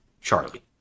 charlie